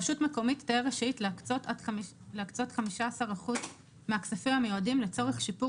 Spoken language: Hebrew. רשות מקומית תהיה רשאית להקצות 15% מהכספים המיועדים לצורך שיפור